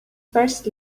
first